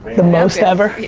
the most ever.